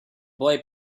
boy